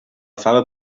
fava